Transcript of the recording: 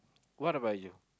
what about you